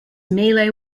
malay